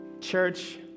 Church